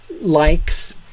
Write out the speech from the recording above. likes